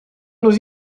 nos